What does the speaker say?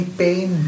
pain